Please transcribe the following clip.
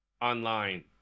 online